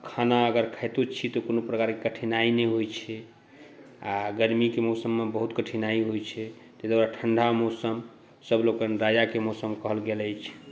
खाना अगर खायतो छी तऽ कोनो प्रकारके कठिनाइ नहि होइ छै आ गरमीके मौसममे बहुत कठिनाइ होइ छै ताहि दुआरे ठण्डा मौसम सबलोकनि राजाके मौसम कहल गेल अछि